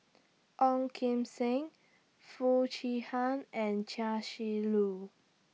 Ong Kim Seng Foo Chee Han and Chia Shi Lu